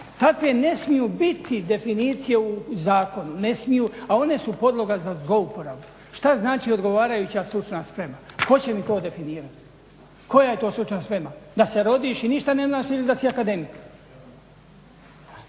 Takve ne smiju biti definicije u zakonu, a one su podloga za zlouporabu. Šta znači odgovarajuća stručna sprema? Tko će mi to definirati? Koja je to stručna sprema? Da se rodiš i ništa ne znaš ili da si akademik.